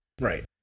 Right